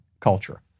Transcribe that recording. culture